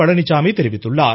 பழனிசாமி தெரிவித்துள்ளார்